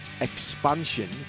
expansion